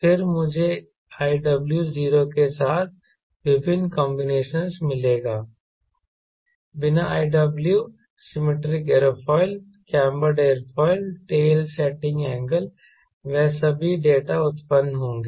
फिर मुझे iw 0 के साथ विभिन्न कांबिनेशनस मिलेंगे बिना iw symmetric airfoil cambered airfoil tail setting angle वह सभी डेटा उत्पन्न होंगे